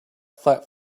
flap